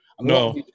No